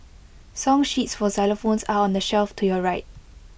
song sheets for xylophones are on the shelf to your right